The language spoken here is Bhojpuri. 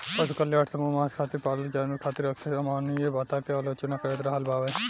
पशु कल्याण समूह मांस खातिर पालल जानवर खातिर अक्सर अमानवीय बता के आलोचना करत रहल बावे